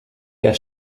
der